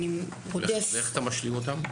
ואיך אתה משלים אותם?